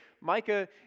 Micah